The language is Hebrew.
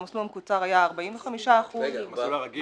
במסלול המקוצר היה 45%. במסלול הרגיל.